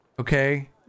Okay